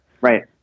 right